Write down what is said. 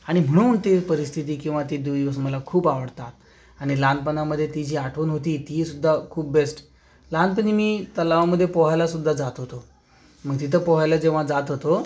आणि म्हणून ती परिस्थिती किंवा ते दिवस मला खूप आवडतात आणि लहानपणामध्ये ती जी आठवण होती ती सुद्धा खूप बेस्ट लहानपणी मी तलावामध्ये पोहायला सुद्धा जात होतो मग तिथं पोहायला जेव्हा जात होतो